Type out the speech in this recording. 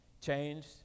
changed